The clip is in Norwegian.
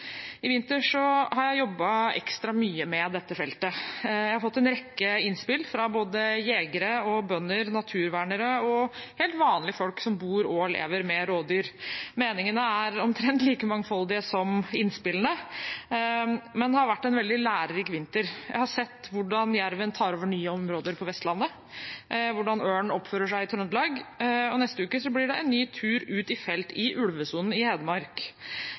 I vinter har jeg jobbet ekstra mye med dette feltet. Jeg har fått en rekke innspill fra både jegere og bønder, naturvernere og helt vanlige folk som bor og lever med rovdyr. Meningene er omtrent like mangfoldige som innspillene, men det har vært en veldig lærerik vinter. Jeg har sett hvordan jerven tar over nye områder på Vestlandet, hvordan ørnen oppfører seg i Trøndelag, og neste uke blir det en ny tur ut i felt i ulvesonen i Hedmark.